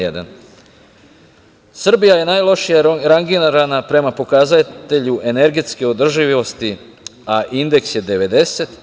Srbija je najlošije rangirana prema pokazatelju energetske održivosti, a indeks je 90.